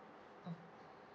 mm